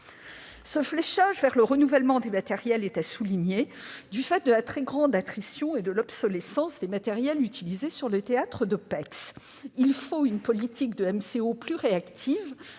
Ce fléchage vers le renouvellement des matériels est à souligner du fait de la très grande attrition et de l'obsolescence des matériels utilisés sur les théâtres d'OPEX. Il faut une politique de maintien